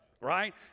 Right